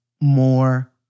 more